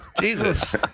Jesus